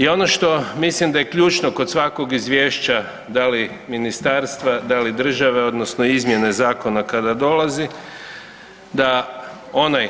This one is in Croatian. I ono što mislim da je ključno kod svakog izvješća da li ministarstva, da li države odnosno izmjene zakona kad dolazi da onaj